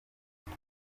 kuri